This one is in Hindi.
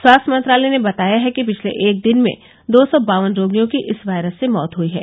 स्वास्थ्य मंत्रालय ने बताया है कि पिछले एक दिन में दो सौ बावन रोगियों की इस वायरस से मौत हुई है